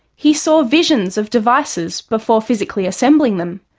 he saw visions of devices before physically assembling them.